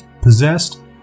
possessed